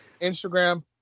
Instagram